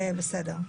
בסדר.